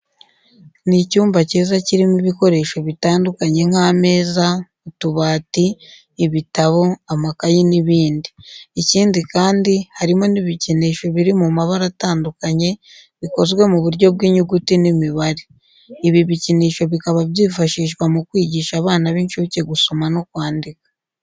Ni icyumba cyiza kirimo ibikoresho bitandukanye nk'ameza, utubati, ibitabo, amakayi n'ibindi. Ikindi kandi, harimo n'ibikinisho biri mu mabara atandukanye, bikozwe mu buryo bw'inyuguti n'imibare. Ibi bikinisho bikaba byifashishwa mu kwigisha abana b'incuke gusoma no kwandika.